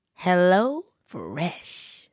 HelloFresh